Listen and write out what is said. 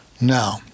Now